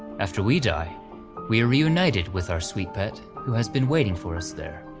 after we die we are reunited with our sweet pet, who has been waiting for us there.